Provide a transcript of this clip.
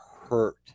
hurt